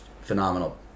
phenomenal